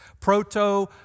Proto